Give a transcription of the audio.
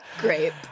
grape